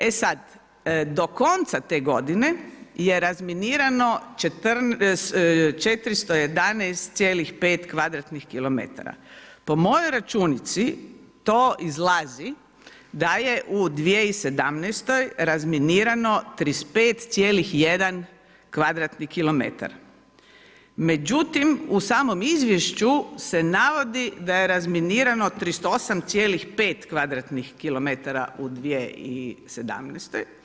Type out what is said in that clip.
E sad, do konca te godine je razminirano 411,5 kvadratnih kilometara, po mojoj računici to izlazi da je u 2017. razminirano 35,1 kvadratni kilometar, međutim u samom izvješću se navodi da je razminirano 38,5 kvadratnih kilometara u 2017.